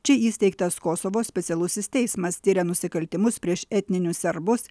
čia įsteigtas kosovo specialusis teismas tiria nusikaltimus prieš etninius serbus